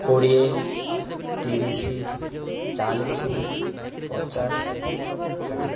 କୋଡ଼ିଏ ତିରିଶ ଚାଲିଶ ପଚାଶ ଷାଠିଏ